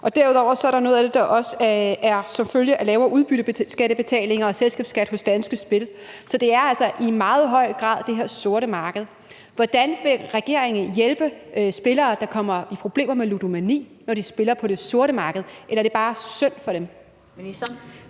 Derudover er der noget af det, der også er en følge af lavere udbytteskattebetalinger og selskabsskat hos Danske Spil. Så det er altså i meget høj grad det her sorte marked. Hvordan vil regeringen hjælpe spillere, der kommer i problemer med ludomani, når de spiller på det sorte marked, eller er det bare synd for dem?